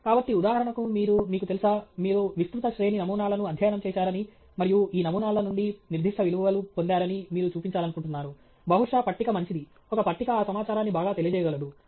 కాబట్టి ఉదాహరణకు మీరు మీకు తెలుసా మీరు విస్తృత శ్రేణి నమూనాలను అధ్యయనం చేశారని మరియు ఈ నమూనాల నుండి నిర్దిష్ట విలువలు పొందారని మీరు చూపించాలనుకుంటున్నారు బహుశా పట్టిక మంచిది ఒక పట్టిక ఆ సమాచారాన్ని బాగా తెలియజేయగలదు